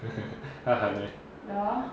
他喊 meh